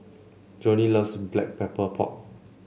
Joanie loves Black Pepper Pork